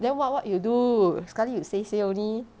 then what what you do sekali you say say only